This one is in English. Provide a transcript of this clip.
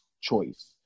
choice